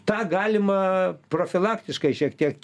tą galima profilaktiškai šiek tiek